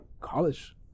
college